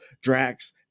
Drax